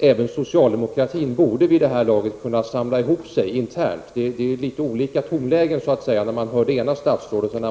även socialdemokratin borde kunna samla ihop sig internt vid det här laget. Tonläget är litet olika bland statsråden.